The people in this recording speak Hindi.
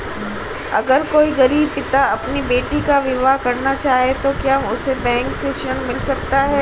अगर कोई गरीब पिता अपनी बेटी का विवाह करना चाहे तो क्या उसे बैंक से ऋण मिल सकता है?